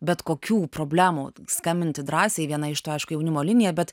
bet kokių problemų skambinti drąsiai viena iš tų aišku jaunimo linija bet